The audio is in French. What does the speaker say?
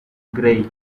grey